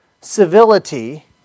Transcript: civility